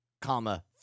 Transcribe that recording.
Comma